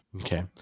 Okay